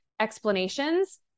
explanations